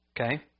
Okay